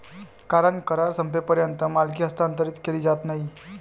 कारण करार संपेपर्यंत मालकी हस्तांतरित केली जात नाही